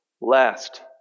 last